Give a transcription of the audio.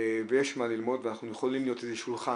ויש מה ללמוד ואנחנו יכולים להיות איזה שולחן